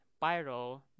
Pyro